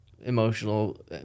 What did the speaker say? emotional